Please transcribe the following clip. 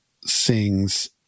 sings